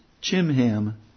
Chimham